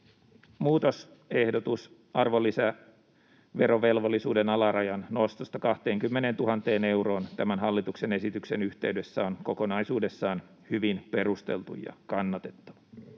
muutosehdotus arvonlisäverovelvollisuuden alarajan nostosta 20 000 euroon tämän hallituksen esityksen yhteydessä on kokonaisuudessaan hyvin perusteltu ja kannatettava.